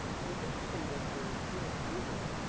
so it's interesting that you're here at google.